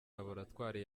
laboratwari